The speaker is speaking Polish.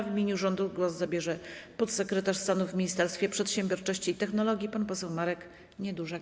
W imieniu rządu głos zabierze podsekretarz stanu w Ministerstwie Przedsiębiorczości i Technologii pan poseł Marek Niedużak.